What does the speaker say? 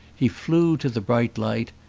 he flew to the bright light,